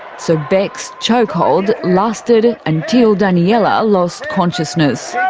so bec's chokehold lasted until daniela lost consciousness.